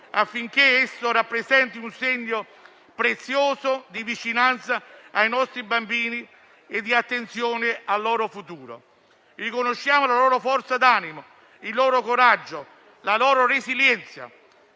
affinché esso rappresenti un segno prezioso di vicinanza ai nostri bambini e di attenzione al loro futuro. Riconosciamo loro forza d'animo, il loro coraggio, la loro resilienza.